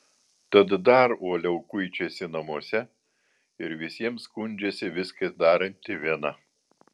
tad dar uoliau kuičiasi namuose ir visiems skundžiasi viską daranti viena